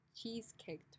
cheesecake